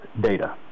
data